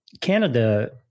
Canada